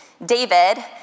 David